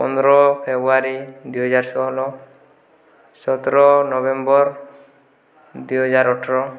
ପନ୍ଦର ଫେବୃଆରି ଦୁଇହଜାର ଷୋହଳ ସତର ନଭେମ୍ବର ଦୁଇହଜାର ଅଠର